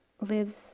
lives